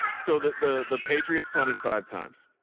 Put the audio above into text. so the, the, the patriots punted five times.